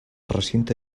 recinte